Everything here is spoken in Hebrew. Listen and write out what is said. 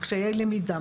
קשיי למידה,